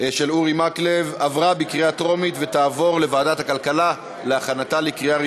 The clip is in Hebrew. התשע"ו 2016, לוועדת הכלכלה נתקבלה.